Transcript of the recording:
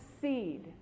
seed